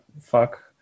fuck